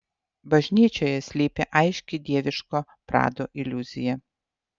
bažnyčioje slypi aiški dieviško prado iliuzija